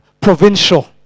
Provincial